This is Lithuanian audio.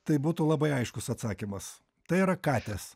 tai būtų labai aiškus atsakymas tai yra katės